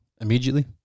Immediately